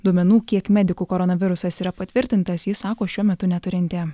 duomenų kiek medikų koronavirusas yra patvirtintas ji sako šiuo metu neturinti